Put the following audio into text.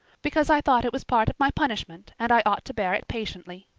because i thought it was part of my punishment and i ought to bear it patiently.